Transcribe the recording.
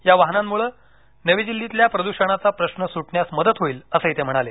या वाहनांमुळ नवी दिल्लीतल्या प्रदूषणाचा प्रश्न सुटण्यास मदतहोईल असंही ते म्हणाले